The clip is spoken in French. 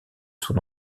son